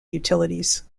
utilities